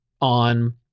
on